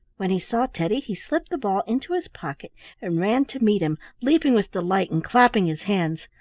when he saw teddy he slipped the ball into his pocket and ran to meet him, leaping with delight and clapping his hands.